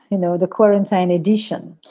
you know, the quarantine edition.